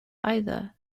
either